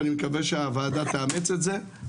ואני מקווה שהוועדה תאמץ את זה,